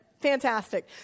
Fantastic